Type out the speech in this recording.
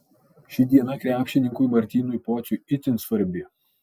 ši diena krepšininkui martynui pociui itin svarbi